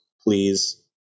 please